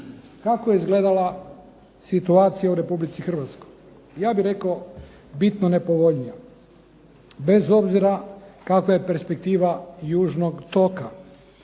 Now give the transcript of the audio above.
kako je izgledala situacija u Republici Hrvatskoj? Ja bih rekao bitno nepovoljnija. Bez obzira kakva je perspektiva južnog toka.